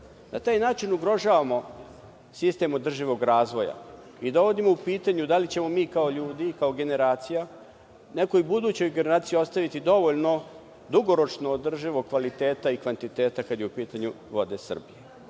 Na taj način, ugrožavamo sistem održivog razvoja, i dovodimo u pitanje da li ćemo mi kao ljudi, kao generacija, nekoj budućoj generaciji ostaviti dovoljno dugoročno održivog kvaliteta i kvantiteta, kada je u pitanju vode